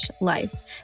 life